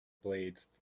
blades